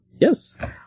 Yes